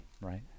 Right